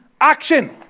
action